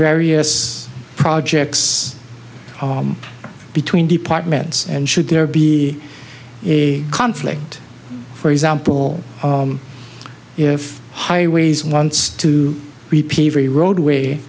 various projects between departments and should there be a conflict for example if highways wants to repeat every roadway